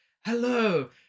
Hello